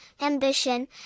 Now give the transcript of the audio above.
ambition